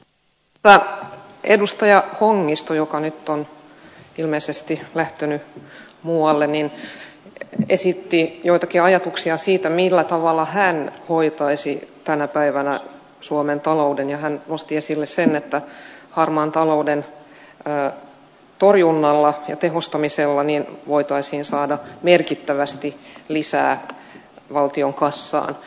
täällä edustaja hongisto joka nyt on ilmeisesti lähtenyt muualle esitti joitakin ajatuksia siitä millä tavalla hän hoitaisi tänä päivänä suomen talouden ja hän nosti esille sen että harmaan talouden torjunnalla ja tehostamisella voitaisiin saada merkittävästi lisää valtion kassaan